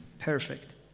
Perfect